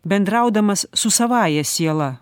bendraudamas su savąja siela